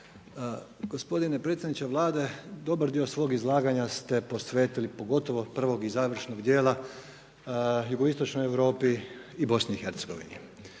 Gospodine predsjedniče Vlade, dobar dio svog izlaganja ste posvetili, pogotovo prvog i završnog dijela, jugoistočnoj Europi i BiH.